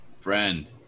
friend